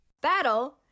Battle